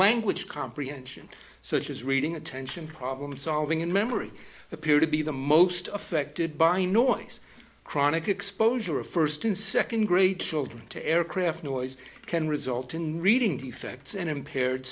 language comprehension such as reading attention problem solving and memory appear to be the most affected by enormous chronic exposure a first in second grade children to aircraft noise can result in reading defects and impaired